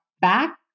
back